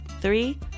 three